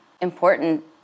important